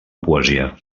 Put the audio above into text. poesia